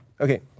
okay